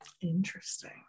Interesting